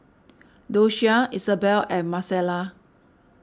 Doshia Isabell and Marcela